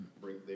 bring